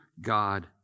God